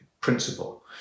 principle